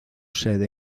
sede